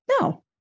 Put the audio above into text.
No